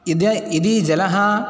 इद् यदि जलं